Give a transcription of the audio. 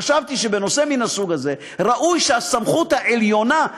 חשבתי שבנושא מן הסוג הזה ראוי שהסמכות העליונה,